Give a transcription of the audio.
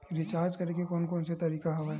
Recharge करे के कोन कोन से तरीका हवय?